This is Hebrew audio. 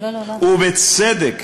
ובצדק.